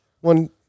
one